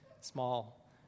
small